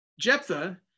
Jephthah